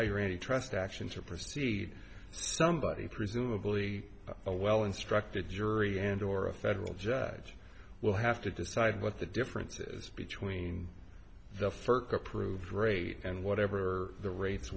iran to trust actions or proceed somebody presumably a well instructed jury and or a federal judge will have to decide what the differences between the furka proved rate and whatever the rates